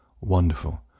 wonderful